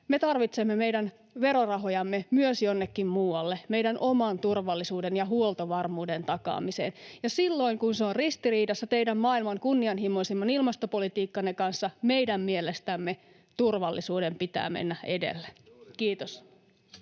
me tarvitsemme meidän verorahojamme myös jonnekin muualle, meidän oman turvallisuuden ja huoltovarmuuden takaamiseen, ja silloin kun se on ristiriidassa teidän maailman kunnianhimoisimman ilmastopolitiikkanne kanssa, meidän mielestämme turvallisuuden pitää mennä edelle. — Kiitos.